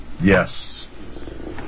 yes